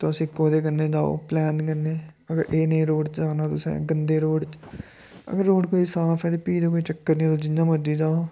तोस इक ओह्दे कन्नै जाओ प्लैन कन्नै अगर एह् नेह् रोड़ च जाना तुसें गंदे रोड़ च अगर रोड़ कोई साफ ऐ तां फ्ही ते कोई चक्कर नी ऐ तुस जियां मर्जी जाओ